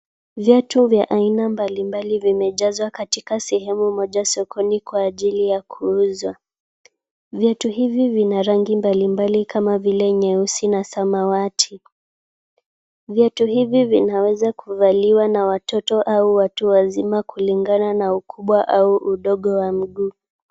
Viatu vya aina mbali mbali vimejazwa katika sehemu moja sokoni kwa ajili ya kuuzwa. Viatu hivi vina rangi mbali mbali kama vile nyeusi na samawati. Viatu hivi vinaweza kuvaliwa na watoto au watu wazima kulingana na ukubwa au udogo wa mguu.